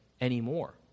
anymore